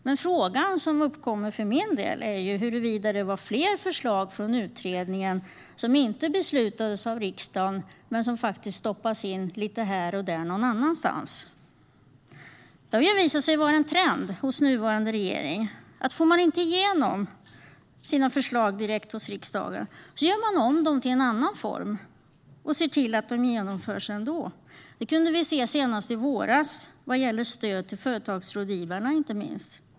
Men frågan som uppstår för mig är huruvida det var fler förslag från utredningen som inte beslutades av riksdagen men som stoppades in lite här och där någon annanstans. Det har ju visat sig vara en trend hos nuvarande regering att om man inte får igenom sina förslag direkt hos riksdagen så gör man om dem och ser till att de genomförs ändå. Det kunde vi se senast i våras i fråga om stöd till företagsrådgivarna.